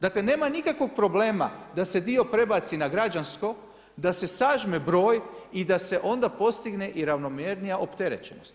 Dakle, nema nikakvog problema da se dio prebaci na građansko, da se sažme broj i da se onda postigne i ravnomjernija opterećenost.